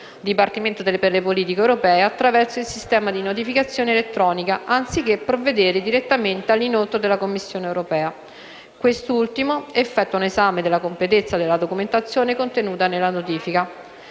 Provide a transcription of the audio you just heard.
(Dipartimento per le politiche europee) attraverso il sistema di notificazione elettronica, anziché provvedere direttamente all'inoltro alla Commissione europea. Quest'ultima effettua un esame della completezza della documentazione contenuta nella notifica.